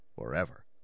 forever